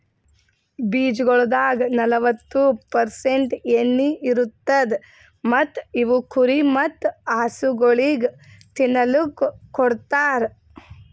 ಬೀಜಗೊಳ್ದಾಗ್ ನಲ್ವತ್ತು ಪರ್ಸೆಂಟ್ ಎಣ್ಣಿ ಇರತ್ತುದ್ ಮತ್ತ ಇವು ಕುರಿ ಮತ್ತ ಹಸುಗೊಳಿಗ್ ತಿನ್ನಲುಕ್ ಕೊಡ್ತಾರ್